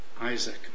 Isaac